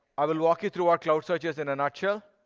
i will walk you through our cloud searches in a nutshell,